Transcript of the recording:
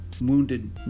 wounded